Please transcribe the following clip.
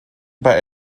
bei